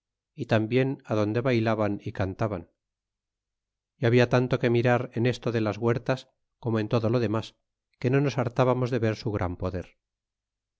y tambien adonde baylaban y cantaban ó habia tanto que mirar en esto de las huertas como en todo lo demas que no nos hartábamos de ver su gran poder